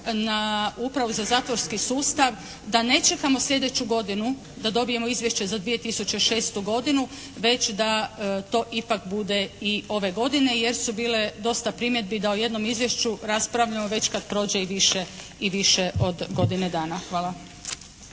na upravu za zatvorski sustav da ne čekamo sljedeću godinu da dobijemo izvješće za 2006. godinu već da to ipak bude i ove godine jer su bile dosta primjedbi da o jednom izvješću raspravljamo već kad prođe i više, i više od godine dana. Hvala.